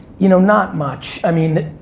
you know not much. i mean,